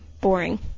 boring